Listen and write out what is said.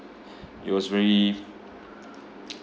it was very